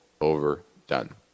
overdone